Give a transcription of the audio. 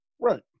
Right